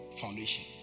foundation